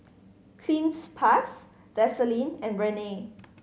Cleanz Plus Vaselin and Rene